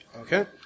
Okay